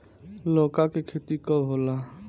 लौका के खेती कब होला?